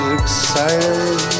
excited